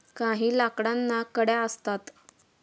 काही लाकडांना कड्या असतात